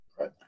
Right